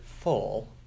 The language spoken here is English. full